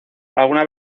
algunas